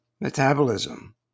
metabolism